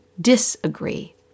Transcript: disagree